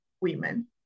women